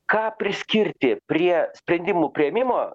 ką priskirti prie sprendimų priėmimo